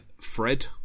Fred